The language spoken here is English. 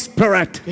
Spirit